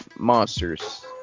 Monsters